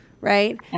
right